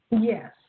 Yes